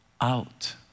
out